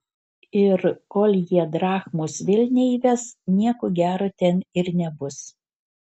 ir kol jie drachmos vėl neįves nieko gero ten ir nebus